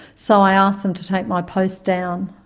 so i asked them to take my post down.